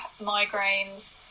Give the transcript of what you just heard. migraines